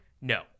No